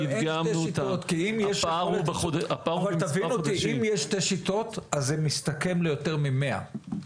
אם יש שתי שיטות, זה מסתכם ליותר מ-100.